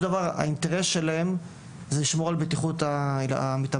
דבר האינטרס שלהם זה לשמור על בטיחות המתאמנים,